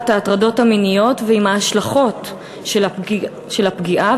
ההטרדות המיניות ועם ההשלכות של הפגיעה,